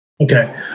Okay